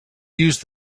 used